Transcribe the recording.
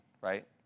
right